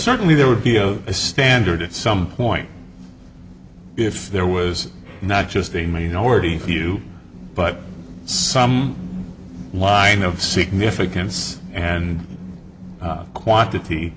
certainly there would be a standard at some point if there was not just a minority view but some line of significance and quantity